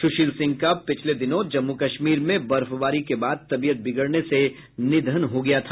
सुशील सिंह का पिछले दिनों जम्मू कश्मीर में बर्फबारी के बाद तबीयत बिगड़ने से निधन हो गया था